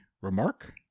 Remark